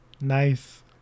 nice